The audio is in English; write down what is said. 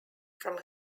from